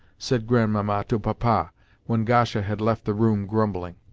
said grandmamma to papa when gasha had left the room grumbling.